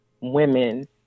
women